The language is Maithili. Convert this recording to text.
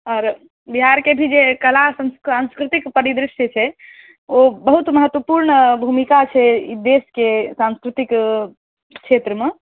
आओर बिहारके भी जे कला सांस्कृतिक परिदृश्य छै ओ बहुत महत्वपूर्ण भूमिका छै ई देशके सांस्कृतिक क्षेत्रमे